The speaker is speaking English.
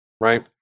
right